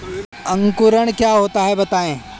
अंकुरण क्या होता है बताएँ?